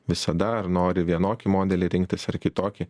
visada ar nori vienokį modelį rinktis ar kitokį